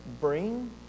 bring